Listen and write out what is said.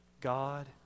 God